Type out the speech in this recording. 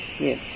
Yes